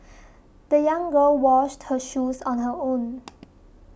the young girl washed her shoes on her own